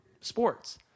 sports